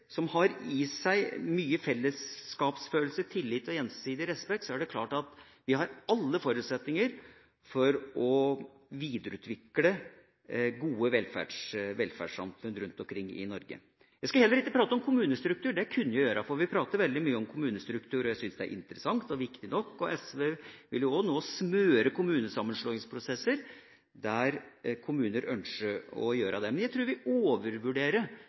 som har i seg mye fellesskapsfølelse, tillit og gjensidig respekt, er det klart at vi har alle forutsetninger for å videreutvikle gode velferdssamfunn rundt omkring i Norge. Jeg skal heller ikke prate om kommunestruktur. Det kunne jeg gjort, for vi prater veldig mye om kommunestruktur, og jeg syns det er interessant og viktig nok. SV vil jo også nå smøre kommunesammenslåingsprosesser, der kommuner ønsker å gjøre det. Men jeg tror vi overvurderer